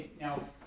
now